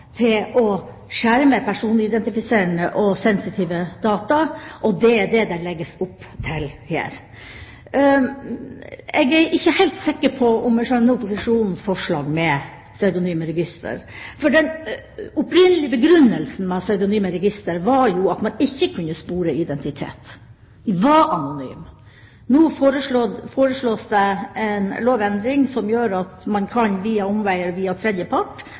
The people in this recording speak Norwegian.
til å skjerme personidentifiserende og sensitive data, og det er det det legges opp til her. Jeg er ikke helt sikker på om jeg skjønner opposisjonens forslag om pseudonymregister. Den opprinnelige begrunnelsen for et pseudonymregister var jo at man ikke kunne spore identitet. Man var anonym. Nå foreslås det en lovendring som gjør at man via omveier, via tredjepart,